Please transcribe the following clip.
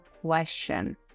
question